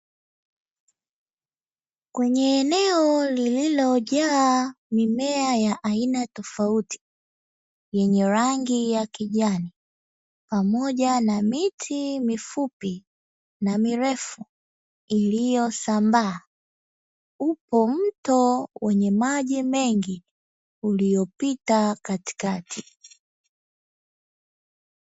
Kwenye eneo lililoja mimea ya aina tofauti yanye kijani pamoja na miti mifupi na mirefu iliyo sambaa upo mto wenye maji mengi uliopita katikati